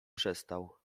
przestał